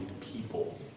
people